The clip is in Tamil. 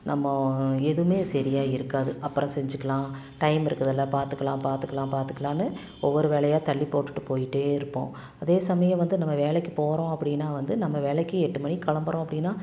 நம்ம எதுவுமே சரியாக இருக்காது அப்புறம் செஞ்சிக்கலாம் டைம் இருக்குதுல்ல பார்த்துக்கலாம் பார்த்துக்கலாம் பார்த்துக்கலானு ஒவ்வொரு வேலையாக தள்ளிப்போட்டுகிட்டு போய்கிட்டே இருப்போம் அதே சமயம் வந்து நம்ம வேலைக்கு போகறோம் அப்படினா வந்து நம்ம வேலைக்கு எட்டு மணிக்கு கிளம்புறோம் அப்படினா